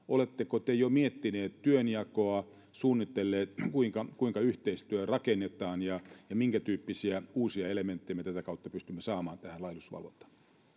oletteko te jo miettinyt työnjakoa suunnitellut kuinka kuinka yhteistyö rakennetaan ja ja minkätyyppisiä uusia elementtejä me tätä kautta pystymme saamaan tähän laillisuusvalvontaan